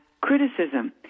criticism